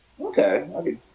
Okay